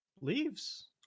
Leaves